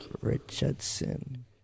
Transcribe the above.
Richardson